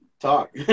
talk